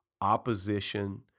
Opposition